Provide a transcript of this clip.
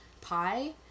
Pie